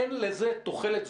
אין לזה תוחלת.